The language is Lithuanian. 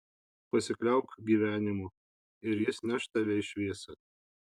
pasikliauk gyvenimu ir jis neš tave į šviesą